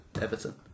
Everton